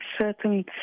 certain